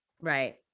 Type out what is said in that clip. Right